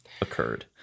occurred